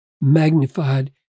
magnified